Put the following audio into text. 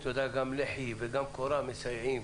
גם לחי וגם קורה מסייעים,